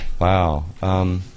Wow